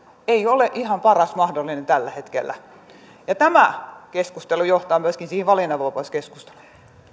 ei ole ihan paras mahdollinen tällä hetkellä ja tämä keskustelu johtaa myöskin siihen valinnanvapauskeskusteluun